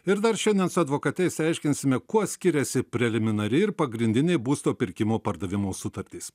ir dar šiandien su advokate išsiaiškinsime kuo skiriasi preliminari ir pagrindinė būsto pirkimo pardavimo sutartys